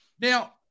now